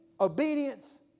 obedience